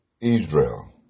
israel